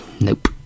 Nope